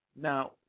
Now